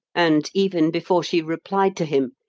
and even before she replied to him,